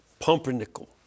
Pumpernickel